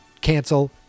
cancel